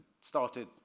started